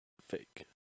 fake